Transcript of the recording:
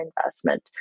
investment